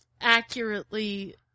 accurately